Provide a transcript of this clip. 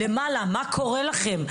מה קורה לכם?